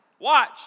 Watch